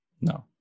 No